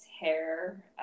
hair